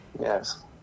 Yes